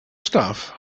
stuff